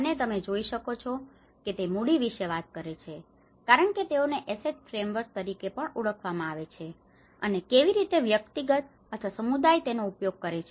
અને તમે જોઈ શકો છો કે તે મૂડી વિશે વાત કરે છે કારણ કે તેઓને એસેટ ફ્રેમવર્ક તરીકે પણ ઓળખવામાં આવે છે અને કેવી રીતે વ્યક્તિગત અથવા સમુદાય તેનો ઉપયોગ કરે છે